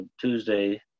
Tuesday